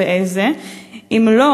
2. אם כן, איזה?